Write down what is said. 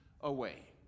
away